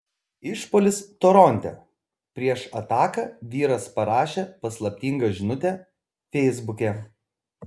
išpuolis toronte prieš ataką vyras parašė paslaptingą žinutę feisbuke